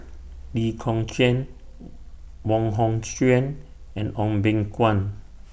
Lee Kong Chian Wong Hong Suen and Goh Beng Kwan